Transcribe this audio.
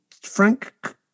Frank